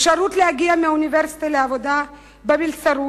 אפשרות להגיע מהאוניברסיטה לעבודה במלצרות